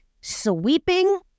sweeping